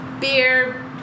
beer